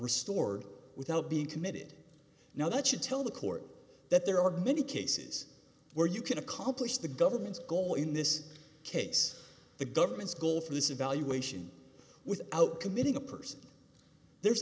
restored without being committed now that should tell the court that there are many cases where you can accomplish the government's goal in this case the government's goal for this evaluation without committing a person there's